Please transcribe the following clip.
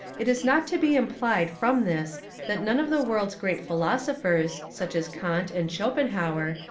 it is not to be implied from this that none of the world's great philosophers, such as kant, and schopenhauer,